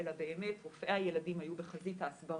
אלא באמת רופאי הילדים היו בחזית ההסברה,